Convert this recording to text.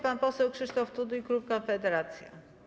Pan poseł Krzysztof Tuduj, klub Konfederacja.